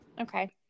Okay